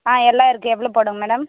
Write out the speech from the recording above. ஆ எல்லாம் இருக்குது எவ்வளோ போட மேடம்